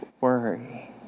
worry